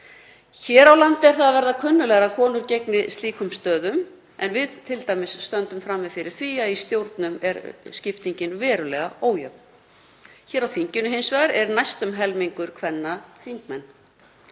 Hér á landi er það að verða kunnuglegra að konur gegni slíkum stöðum en við stöndum t.d. frammi fyrir því að í stjórnum er skiptingin verulega ójöfn. Hér á þinginu er hins vegar næstum helmingur þingmanna